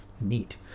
Neat